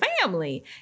family